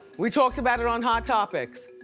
we talked about it on hot topics.